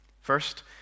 First